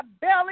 belly